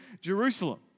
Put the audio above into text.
Jerusalem